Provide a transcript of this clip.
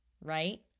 right